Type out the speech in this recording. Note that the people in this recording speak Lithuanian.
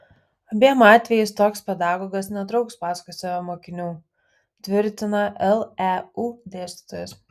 abiem atvejais toks pedagogas netrauks paskui save mokinių tvirtina leu dėstytojas